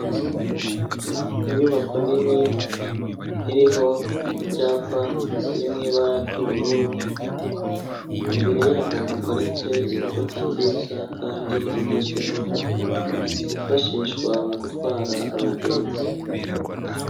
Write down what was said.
Inyubako nini iriho icyapa kiri mu ibara ry'ubururu, imbere yaho haparitse imodoka nziza kandi zigezweho, zifashishwa mu gutwara abagenzi.